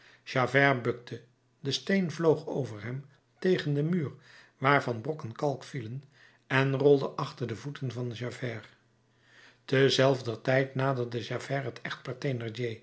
bukte de steen vloog over hem tegen den muur waarvan brokken kalk vielen en rolde achter de voeten van javert ter zelfder tijd naderde javert het